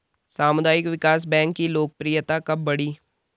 सामुदायिक विकास बैंक की लोकप्रियता कब बढ़ी?